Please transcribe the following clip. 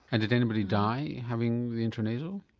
and did anybody die having the intranasal?